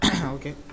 Okay